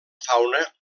fauna